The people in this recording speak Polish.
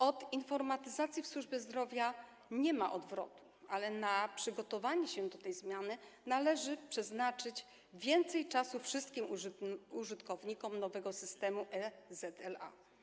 Od informatyzacji w służbie zdrowia nie ma odwrotu, ale na przygotowanie się do tej zmiany należy przeznaczyć, dać więcej czasu wszystkim użytkownikom nowego systemu e-ZLA.